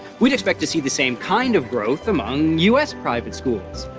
we'd expect to see the same kind of growth among u s. private schools.